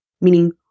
meaning